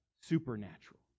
Supernatural